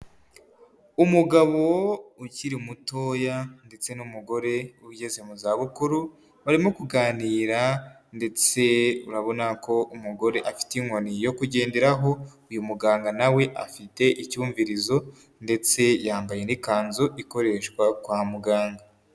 Umugabo ukiri mutoya ndetse n'umugore ugeze mu zabukuru, barimo kuganira ndetse urabona ko umugore afite inkoni yo kugenderaho, uyu muganga na we afite icyumvirizo ndetse yambaye n'ikanzu ikoreshwa kwa muganga.